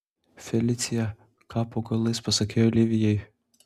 felicija ką po galais pasakei olivijai